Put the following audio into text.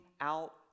out